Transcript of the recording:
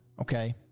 okay